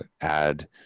add